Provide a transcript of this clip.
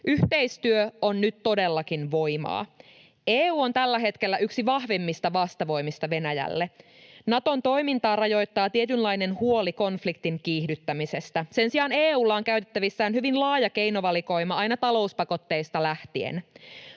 Yhteistyö on nyt todellakin voimaa. EU on tällä hetkellä yksi vahvimmista vastavoimista Venäjälle. Naton toimintaa rajoittaa tietynlainen huoli konfliktin kiihdyttämisestä. Sen sijaan EU:lla on käytettävissään hyvin laaja keinovalikoima aina talouspakotteista lähtien.